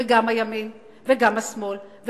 וגם הימין וגם השמאל,